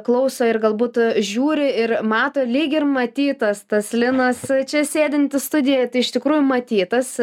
klauso ir galbūt žiūri ir mato lyg ir matytas tas linas čia sėdintis studijoj iš tikrųjų matytas